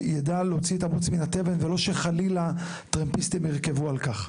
שידע להוציא את המוץ מן התבן ולא שחלילה טרמפיסטים ירכבו על כך.